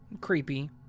Creepy